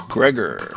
Gregor